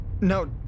no